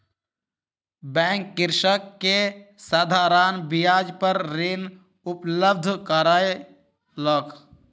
bank कृषक के साधारण ब्याज पर ऋण उपलब्ध करौलक